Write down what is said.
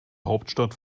hauptstadt